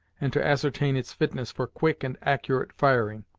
and to ascertain its fitness for quick and accurate firing.